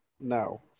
No